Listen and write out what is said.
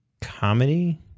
comedy